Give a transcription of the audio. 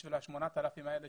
כדי שיגיעו ה-8,000 האלה